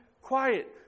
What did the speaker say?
quiet